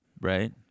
right